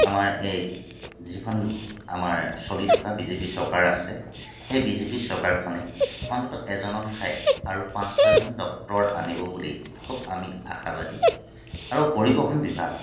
আমাৰ এক যিখন আমাৰ চলি থকা বিজেপি চৰকাৰ আছে সেই বিজেপি চৰকাৰখনে অন্তত এজনৰ ঠাইত আৰু পাঁচ ছয়জন ডক্তৰ আনিব বুলি খুব আমি আশাবাদী আৰু পৰিৱহণ বিভাগ